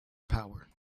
power